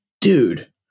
Dude